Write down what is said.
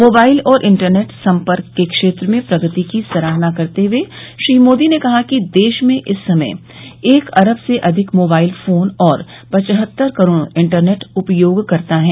mobile और internet संपर्क के क्षेत्र में प्रगति की सराहना करते हए श्री मोदी ने कहा कि देश में इस समय एक अरब से अधिक मोबाइल फोन और पचहत्तर करोड़ इंटरनेट उपयोगकर्ता है